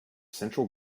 central